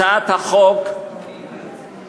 הצעת החוק מעודדת,